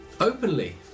Openly